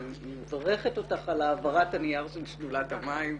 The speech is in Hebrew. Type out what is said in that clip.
אני מברכת אותך על העברת הנייר של שדולת המים.